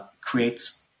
creates